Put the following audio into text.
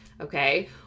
okay